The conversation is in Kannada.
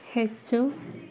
ಹೆಚ್ಚು